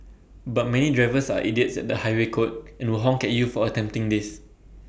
but many drivers are idiots at the highway code and will honk at you for attempting this